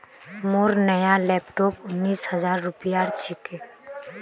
मोर नया लैपटॉप उन्नीस हजार रूपयार छिके